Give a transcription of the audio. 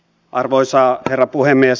arvoisa herra puhemies